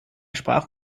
sprach